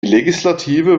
legislative